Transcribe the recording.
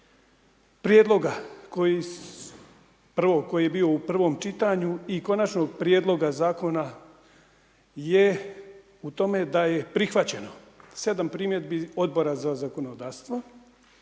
prijedloga koji je bio u prvom čitanju i konačnog prijedloga je u tome da je prihvaćeno 7 primjedbi Odbora za zakonodavstvo,